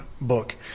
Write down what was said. book